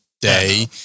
day